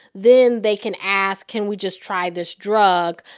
then they can ask, can we just try this drug?